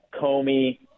Comey